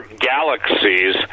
galaxies